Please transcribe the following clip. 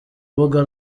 urubuga